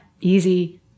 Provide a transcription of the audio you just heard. easy